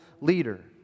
leader